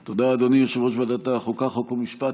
תודה, אדוני יושב-ראש ועדת החוקה, חוק ומשפט.